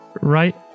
right